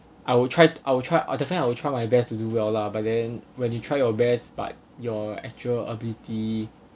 I will try I will try definitely I will try my best to do well lah but then when you try your best but your actual ability